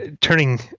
turning